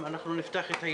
בוקר טוב לכולם,